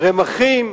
רמכים,